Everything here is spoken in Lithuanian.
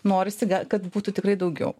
norisi kad būtų tikrai daugiau